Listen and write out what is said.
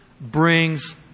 brings